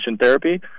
therapy